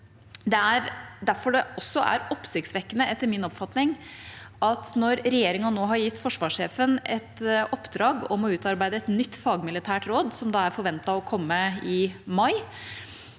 Det er derfor også oppsiktsvekkende, etter min oppfatning, at når regjeringa nå har gitt forsvarssjefen et oppdrag om å utarbeide et nytt fagmilitært råd, som er forventet å komme i mai,